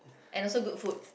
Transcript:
and also good food